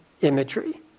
imagery